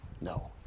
No